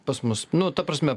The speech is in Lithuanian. pas mus nu ta prasme